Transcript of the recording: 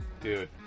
Dude